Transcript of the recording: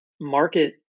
market